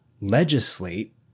legislate